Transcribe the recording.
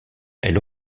elle